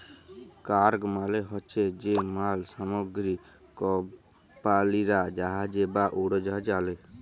cargo মালে হছে যে মাল সামগ্রী কমপালিরা জাহাজে বা উড়োজাহাজে আলে